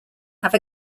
have